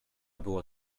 było